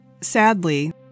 Sadly